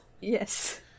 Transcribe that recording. yes